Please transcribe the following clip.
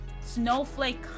snowflake